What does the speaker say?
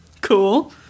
cool